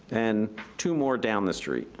and two more down the street.